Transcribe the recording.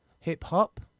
hip-hop